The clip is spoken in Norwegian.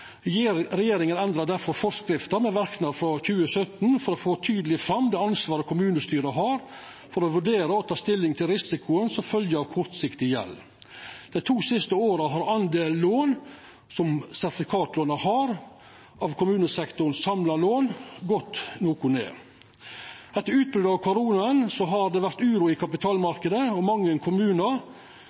Regjeringa endra difor forskrifta med verknad frå 2017 for å få tydeleg fram det ansvaret kommunestyret har for å vurdera og ta stilling til risikoen som følgjer av kortsiktig gjeld. Dei to siste åra har delen lån som sertifikatlåna har av kommunesektoren sine samla lån, gått noko ned. Etter utbrotet av korona har det vore uro i kapitalmarknaden, og mange kommunar